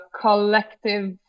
collective